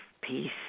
peace